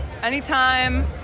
Anytime